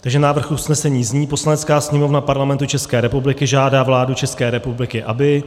Takže návrh usnesení zní: Poslanecká sněmovna Parlamentu České republiky žádá vládu České republiky, aby